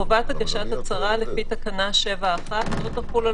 חובת הגשת הצהרה לפי תקנה 7(1) לא תחול על